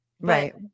Right